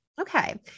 Okay